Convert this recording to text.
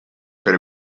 per